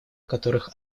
которых